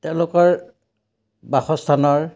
তেওঁলোকৰ বাসস্থানৰ